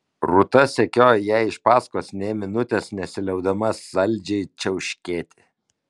rūta sekiojo jai iš paskos nė minutės nesiliaudama saldžiai čiauškėti